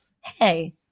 Hey